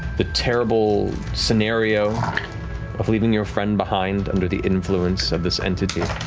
the terrible scenario of leaving your friend behind under the influence of this entity,